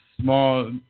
small